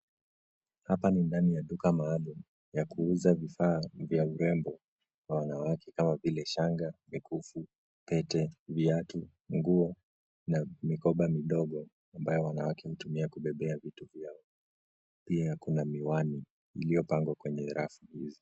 Hapa ni ndani ya duka maalumu ya kuuza vifaa vya urembo kwa wanawake, kama vile, shanga, mikufu, pete, viatu, nguo, na mikoba midogo, ambayo wanawake hutumia kubebea vitu vyao. Pia kuna miwani iliyopangwa kwenye rafu hizo.